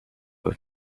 have